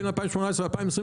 בין 2018 ל-2022,